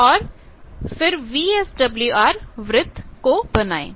और VSWR वृत्त को बनाएं